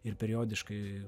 ir periodiškai